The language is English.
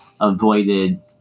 avoided